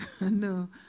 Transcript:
No